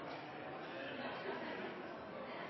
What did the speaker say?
ser